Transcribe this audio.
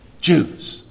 Jews